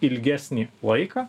ilgesnį laiką